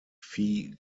phi